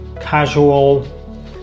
casual